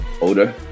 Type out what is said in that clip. older